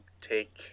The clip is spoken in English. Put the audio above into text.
take